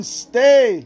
stay